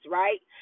right